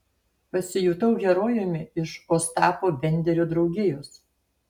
pasijutau herojumi iš ostapo benderio draugijos